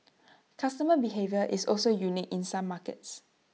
customer behaviour is also unique in some markets